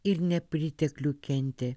ir nepriteklių kentė